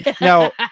Now